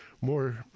more